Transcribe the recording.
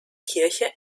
kirche